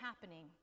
happening